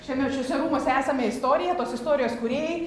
šiame šiuose rūmuose esame istorija tos istorijos kūrėjai